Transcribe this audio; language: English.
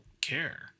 care